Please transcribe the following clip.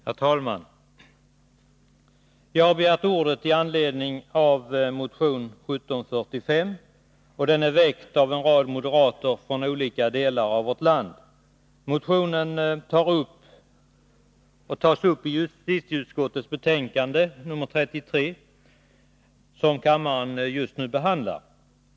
Herr talman! Jag har begärt ordet med anledning av motion 1745, väckt av en rad moderater från olika delar av vårt land. Motionen tas upp i justitieutskottets betänkande nr 33, som kammaren just nu behandlar.